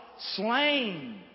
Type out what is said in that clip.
Slain